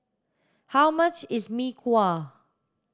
how much is mee kuah